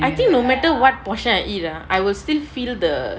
I think no matter what portion I eat ah I will still feel the